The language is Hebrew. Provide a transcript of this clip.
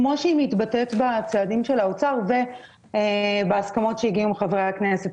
כמו שהיא מתבטאת בצעדים של האוצר ובהסכמות אליהן הגיעו עם חברי הכנסת.